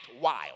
wild